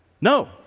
No